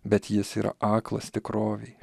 bet jis yra aklas tikrovei